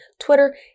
Twitter